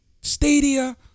Stadia